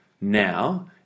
Now